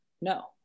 No